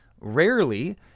rarely